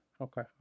Okay